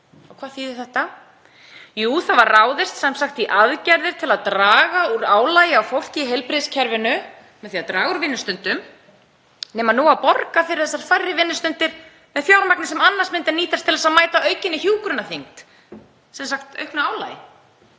Hvað þýðir þetta? Jú, það var sem sagt ráðist í aðgerðir til að draga úr álagi á fólki í heilbrigðiskerfinu með því að fækka vinnustundum nema nú á að borga fyrir þessar færri vinnustundir með fjármagni sem annars myndi nýtast til að mæta aukinni hjúkrunarþyngd, sem sagt auknu álagi.